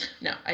No